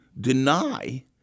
deny